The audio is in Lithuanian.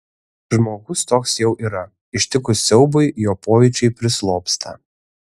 žmogus toks jau yra ištikus siaubui jo pojūčiai prislopsta